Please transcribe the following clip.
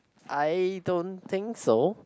I don't think so